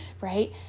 Right